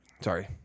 sorry